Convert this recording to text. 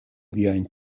viajn